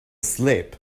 slip